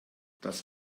das